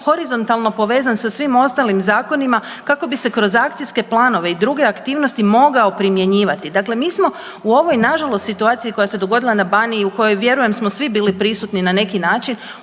horizontalno povezan sa svim ostalim zakonima kako bi se kroz akcijske planove i druge aktivnosti mogao primjenjivati. Dakle, mi smo u ovoj nažalost situaciji koja se dogodila na Baniji u kojoj vjerujem smo svi bili prisutni na neki način